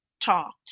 talked